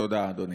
תודה, אדוני.